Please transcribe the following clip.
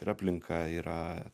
yra aplinka yra